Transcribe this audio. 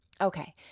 okay